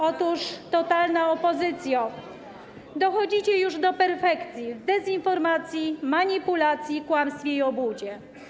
Otóż, totalna opozycjo, dochodzicie już do perfekcji w dezinformacji, manipulacji, kłamstwie i obłudzie.